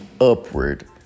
upward